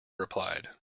replied